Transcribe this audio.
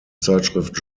zeitschrift